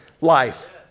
life